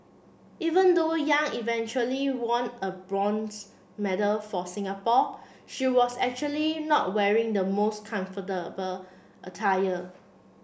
even though Yang eventually won a bronze medal for Singapore she was actually not wearing the most comfortable attire